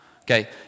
Okay